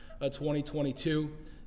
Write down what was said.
2022